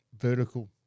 vertical